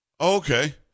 okay